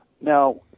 Now